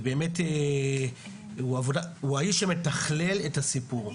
הוא האיש שמתכלל את הסיפור.